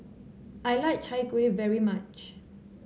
I like Chai Kueh very much